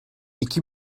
iki